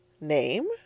Name